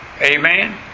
Amen